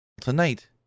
tonight